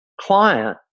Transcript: client